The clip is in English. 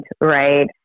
Right